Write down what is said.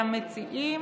למציעים,